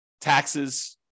taxes